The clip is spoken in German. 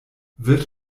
wird